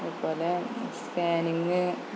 അതുപോലെ സ്കാനിങ്ങ്